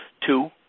two